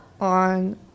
on